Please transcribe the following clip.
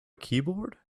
keyboard